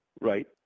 right